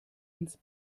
ins